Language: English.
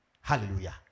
hallelujah